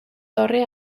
torre